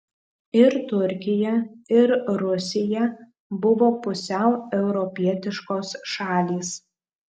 ir turkija ir rusija buvo pusiau europietiškos šalys